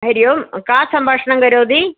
हरि ओम् का सम्भाषणं करोति